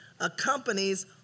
accompanies